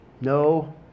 No